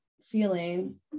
feeling